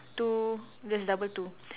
to there's double to